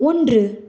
ஒன்று